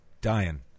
dying